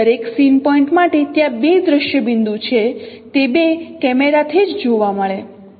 દરેક scene point માટે ત્યાં બે દ્રશ્ય બિંદુ છે તે બે કેમેરાથી જ જોવા મળે છે